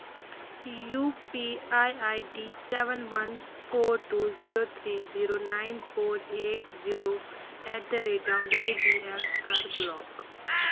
U P I I D seven one four two zero three zero nine four eight zero at the rate of Y B L کَر block